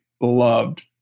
loved